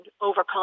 overcome